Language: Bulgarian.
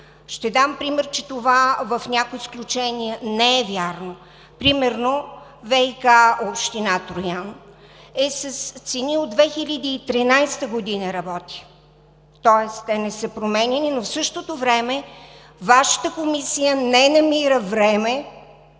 Ще дам пример, че това в някои изключения не е вярно. Примерно ВиК – община Троян, работи с цени от 2013 г., тоест те не са променяни, но в същото време Вашата Комисия не намира време